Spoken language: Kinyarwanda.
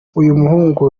uyumuhungu